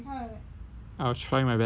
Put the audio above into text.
I'll try my best